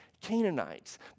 Canaanites